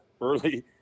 early